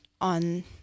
on